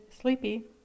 sleepy